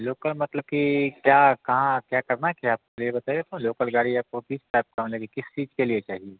local मतलब कि क्या कहाँ क्या करना क्या है आपको यह बताइए लोकल गाड़ी आपको किस चीज़ के लिए चाहिए